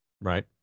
Right